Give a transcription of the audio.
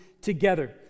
together